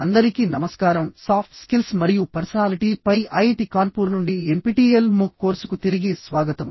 అందరికీ నమస్కారం soft skills మరియు పర్సనాలిటీ పై ఐఐటి కాన్పూర్ నుండి ఎన్పిటిఇఎల్ మూక్ కోర్సుకు తిరిగి స్వాగతం